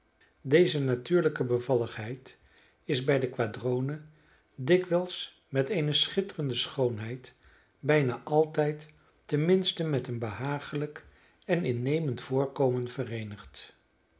deze natuurlijke bevalligheid is bij de quadrone dikwijls met eene schitterende schoonheid bijna altijd ten minste met een behagelijk en innemend voorkomen vereenigd